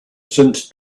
since